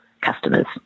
customers